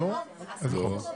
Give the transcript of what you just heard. (תיקון שימוש בזרע חייל שנספה למטרת המשכיות),